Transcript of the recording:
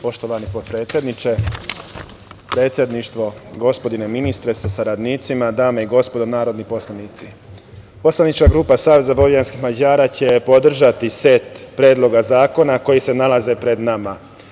Poštovani potpredsedniče, predsedništvo, gospodine ministre sa saradnicima, dame i gospodo narodni poslanici, poslanička grupa Saveza vojvođanskih Mađara će podržati set predloga zakona koji se nalaze pred nama.